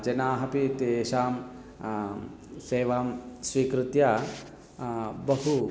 जनाः पि तेषां सेवां स्वीकृत्य बहु